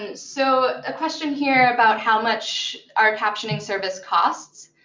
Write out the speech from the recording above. and so a question here about how much our captioning service costs.